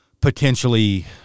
Potentially